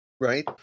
Right